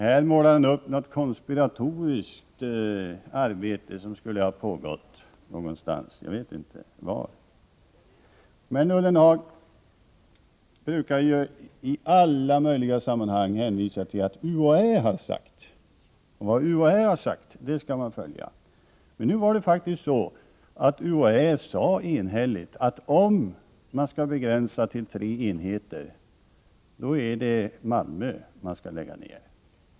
Här målar han upp bilden av något konspiratoriskt arbete som skulle ha pågått någonstans; jag vet inte var. Men Ullenhag brukar ju i alla möjliga sammanhang hänvisa till att UHÄ har sagt det och det, och vad UHÄ sagt skall man följa. Men nu var det faktiskt så att UHÄ i ett enhälligt uttalande sade, att om man skall göra en begränsning till tre enheter, då är det i Malmö man skall lägga ner verksamheten.